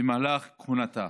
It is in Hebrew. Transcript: במהלך כהונתה.